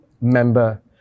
member